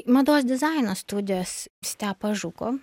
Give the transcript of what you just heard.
mados dizaino studijos stepo žuko